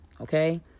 okay